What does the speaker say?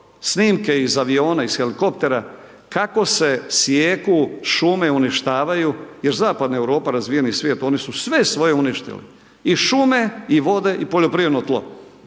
Snimke iz aviona, iz helikoptera, kako se sijeku šume, uništavaju jer zapadna Europa, razvijeni svijet, oni sve svoje uništili, i šume i vode i poljoprivredno tlo.